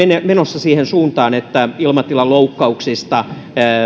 menossa siihen suuntaan että ilmatilan loukkauksista